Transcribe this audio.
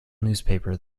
newspaper